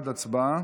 1, הצבעה.